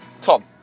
Tom